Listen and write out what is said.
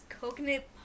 coconut